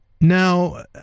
now